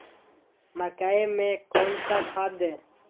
मकई में कौन सा खाद दे?